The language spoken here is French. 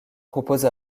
propose